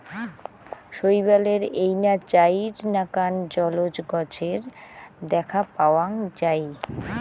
শৈবালের এইনা চাইর নাকান জলজ গছের দ্যাখ্যা পাওয়াং যাই